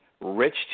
rich